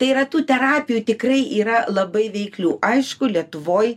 tai yra tų terapijų tikrai yra labai veiklių aišku lietuvoj